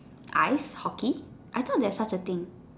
ice hockey I thought there's such a thing